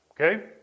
Okay